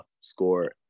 score